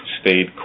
stayed